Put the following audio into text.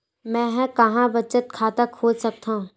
मेंहा कहां बचत खाता खोल सकथव?